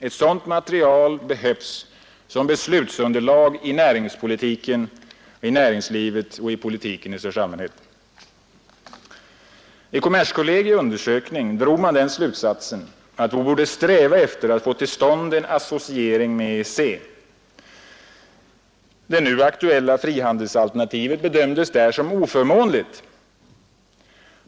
Ett sådant material behövs som beslutsunderlag i näringslivet, i näringspolitiken och politiken i allmänhet. I kommerskollegii undersökning drog man den slutsatsen att vi borde sträva efter att få till stånd en associering med EEC. Det nu aktuella frihandelsalternativet bedömdes där som oförmånligt.